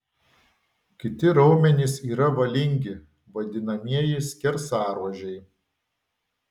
kiti raumenys yra valingi vadinamieji skersaruožiai